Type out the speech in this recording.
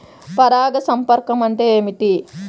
పరాగ సంపర్కం అంటే ఏమిటి?